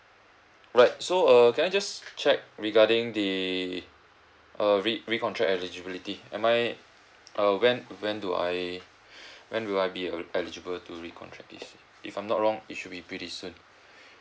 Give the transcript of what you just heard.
right so err can I just check regarding the uh re~ recontract eligibility am I uh when when do I when will I be el~ eligible to recontract if if I'm not wrong it should be pretty soon